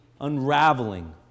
unraveling